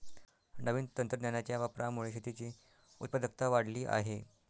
नवीन तंत्रज्ञानाच्या वापरामुळे शेतीची उत्पादकता वाढली आहे